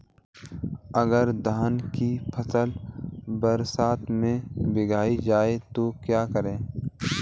अगर धान की फसल बरसात में भीग जाए तो क्या करें?